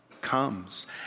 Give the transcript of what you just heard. comes